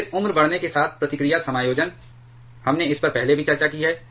फिर उम्र बढ़ने के साथ प्रतिक्रिया समायोजन हमने इस पर पहले भी चर्चा की है